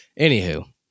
Anywho